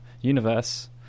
universe